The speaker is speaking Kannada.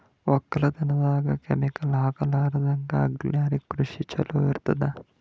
ಒಕ್ಕಲತನದಾಗ ಕೆಮಿಕಲ್ ಹಾಕಲಾರದಂಗ ಆರ್ಗ್ಯಾನಿಕ್ ಕೃಷಿನ ಚಲೋ ಇರತದ